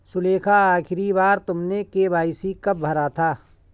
सुलेखा, आखिरी बार तुमने के.वाई.सी कब भरा था?